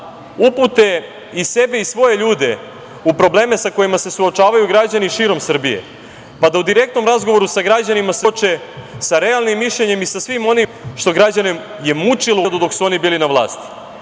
upute i sebe i svoje ljude u probleme sa kojima se suočavaju građani širom Srbije, pa da u direktnom razgovoru sa građanima se suoče sa realnim mišljenjem i sa svim onim što građane je mučilo u periodu dok su oni bili na vlasti,